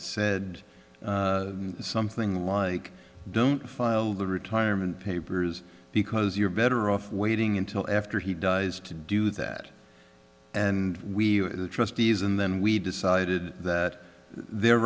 said something like don't file the retirement papers because you're better off waiting until after he dies to do that and we trustees and then we decided that they're